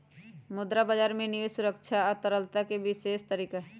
मुद्रा बजार में निवेश सुरक्षा आ तरलता के विशेष तरीका हई